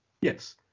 Yes